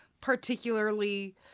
particularly